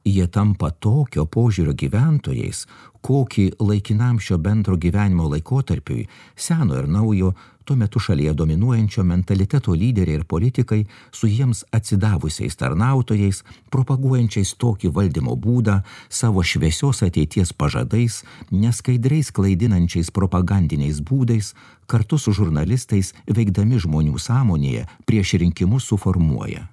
jie tampa tokio požiūrio gyventojais kokį laikinam šio bendro gyvenimo laikotarpiui seno ir naujo tuo metu šalyje dominuojančio mentaliteto lyderiai ir politikai su jiems atsidavusiais tarnautojais propaguojančiais tokį valdymo būdą savo šviesios ateities pažadais neskaidriais klaidinančiais propagandiniais būdais kartu su žurnalistais veikdami žmonių sąmonėje prieš rinkimus suformuoja